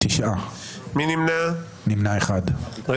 9 נמנעים, 1 לא אושרה.